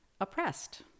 oppressed